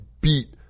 beat